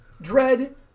Dread